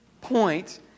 point